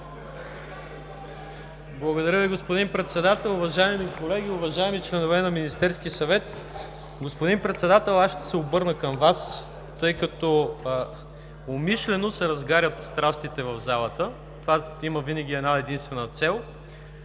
Благодаря Ви, господин Председател. Уважаеми колеги, уважаеми членове на Министерския съвет! Господин Председател, аз ще се обърна към Вас, тъй като умишлено се разгарят страстите в залата, това има винаги една единствена цел.